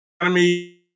economy